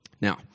Now